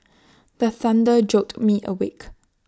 the thunder jolt me awake